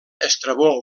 estrabó